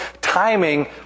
timing